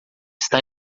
está